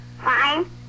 Fine